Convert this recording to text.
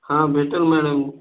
हा भेटेल मॅडम